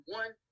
one